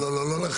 לא, לא להרחיב.